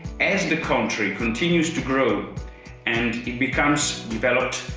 as the country continues to grow and it becomes developed,